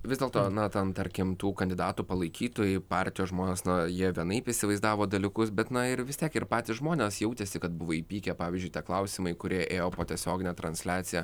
vis dėlto na ten tarkim tų kandidatų palaikytojai partijos žmonės na jie vienaip įsivaizdavo dalykus bet na ir vis tiek ir patys žmonės jautėsi kad buvo įpykę pavyzdžiui tie klausimai kurie ėjo po tiesiogine transliacija